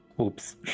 Oops